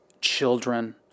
children